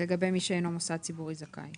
לגבי מי שאינו מוסד ציבורי זכאי.